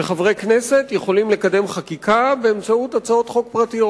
וחברי כנסת יכולים לקדם חקיקה באמצעות הצעות חוק פרטיות.